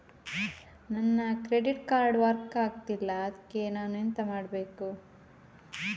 ನನ್ನ credit card work ಆಗ್ತಿಲ್ಲ ಅದ್ಕೆ ನಾನು ಎಂತ ಮಾಡಬೇಕು?